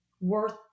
worth